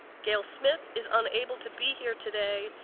gale smith is unable to be here today.